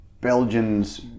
Belgians